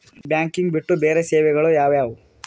Banking ಬಿಟ್ಟು ಬೇರೆ ಸೇವೆಗಳು ಯಾವುವು?